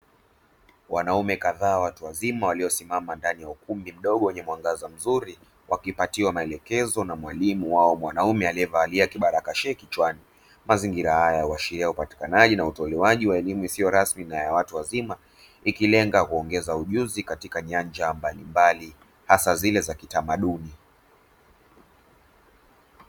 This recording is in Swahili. Wanaume kadhaa watu wazima waliyosimama ndani ya ukumbi mdogo wenye mwangaza mzuri wakipatiwa waelekezo na mwalimu wao mwanaume aliyevalia kibarakashee kichwani. Mazingira haya huashiria upatikanaji na utolewaji wa elimu isiyo rasmi na ya watu wazima ikilenga kuongeza ujuzi katika nyanja mbalimbali hasa zile za kitamaduni.